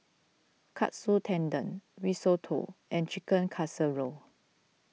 Katsu Tendon Risotto and Chicken Casserole